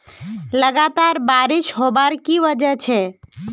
लगातार बारिश होबार की वजह छे?